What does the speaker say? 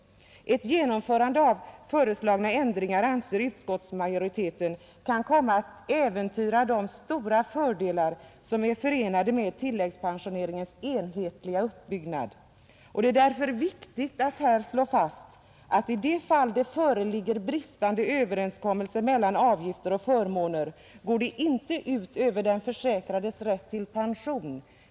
Ett genomförande av föreslagna ändringar anser utskottsmajoriteten kan komma att äventyra de stora fördelar, som är förenade med tilläggspensioneringens enhetliga uppbyggnad. Det är därför viktigt att slå fast att i de fall det föreligger bristande överensstämmelse mellan avgifter och förmåner går det inte ut över den försäkrades rätt till pension.